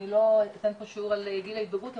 אני לא אתן פה שיעור על גיל ההתבגרות,